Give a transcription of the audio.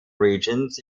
regions